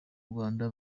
rwanda